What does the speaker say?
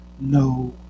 no